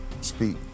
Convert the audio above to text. speak